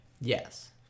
Yes